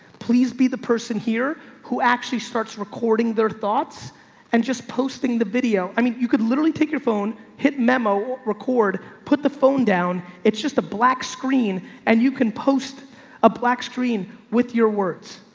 please be the person here who actually starts recording their thoughts and just posting the video. i mean you could literally take your phone, hit memo record, put the phone down, it's just a black screen and you can post a black screen with your words.